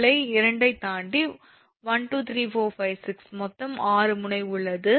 கிளை 2 ஐத் தாண்டி 123456 மொத்தம் 6 முனை உள்ளது